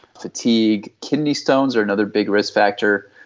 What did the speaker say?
fatigue, kidney stones are another big risk factor.